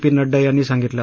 P Nadda यांनी सांगितलं